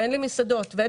אין